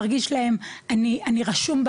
מרגיש להם אני רשום,